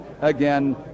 again